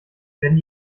werden